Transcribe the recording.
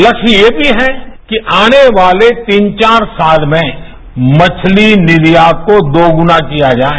लस्प यह भी हैकि आने वाले तीन चार साल में मछती निर्यात को दोगुनाकिया जाए